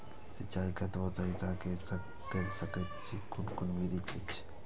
सिंचाई कतवा तरीका स के कैल सकैत छी कून कून विधि अछि?